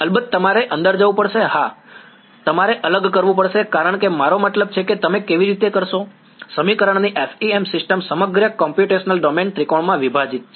અલબત્ત તમારે અંદર જવું પડશે હા તમારે અલગ કરવું પડશે કારણ કે મારો મતલબ છે કે તમે કેવી રીતે કરશો સમીકરણો ની FEM સિસ્ટમ સમગ્ર કોમ્પ્યુટેશનલ ડોમેન ત્રિકોણમાં વિભાજિત છે